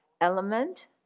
element